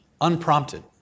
Unprompted